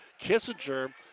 Kissinger